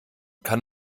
kann